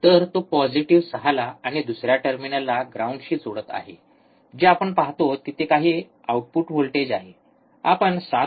तर तो पॉझिटिव्ह 6 ला आणि दुसऱ्या टर्मिनलला ग्राउंडशी जोडत आहे जे आपण पाहतो तिथे काही आउटपुट व्होल्टेज आहे आपण ७